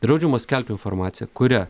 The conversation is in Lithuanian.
draudžiama skelbti informaciją kuria